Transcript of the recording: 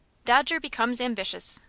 dodger becomes ambitious.